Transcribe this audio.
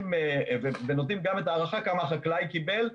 שנותנת הערכה כמה החקלאי קיבל.